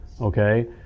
okay